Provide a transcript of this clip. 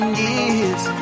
years